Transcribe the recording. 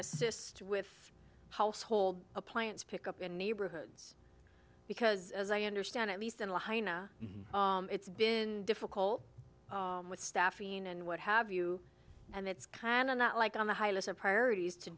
assist with household appliance pick up in neighborhoods because as i understand at least in the hina it's been difficult with staffing and what have you and it's kind of not like on the high list of priorities to